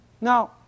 Now